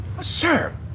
Sir